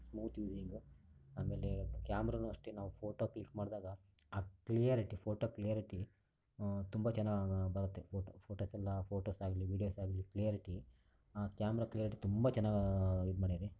smooth using ಆಮೇಲೆ ಕ್ಯಾಮ್ರನು ಅಷ್ಟೆ ನಾವು ಫೋಟೋ ಕ್ಲಿಕ್ ಮಾಡಿದಾಗ ಆ ಕ್ಲಿಯರಿಟಿ ಫೋಟೋ ಕ್ಲಿಯರಿಟಿ ತುಂಬ ಚೆನ್ನಾಗಿ ಬರುತ್ತೆ ಫೋಟೋ ಫೋಟೋಸೆಲ್ಲ ಫೋಟೋಸ್ ಆಗ್ಲಿ ವೀಡಿಯೋಸ್ ಆಗಲಿ ಕ್ಲಿಯರಿಟಿ ಕ್ಯಾಮ್ರ ಕ್ಲಿಯರಿಟಿ ತುಂಬ ಚೆನ್ನಾಗಿ ಇದು ಮಾಡಿದೆ